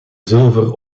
zilver